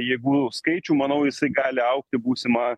jėgų skaičių manau jisai gali augti būsimą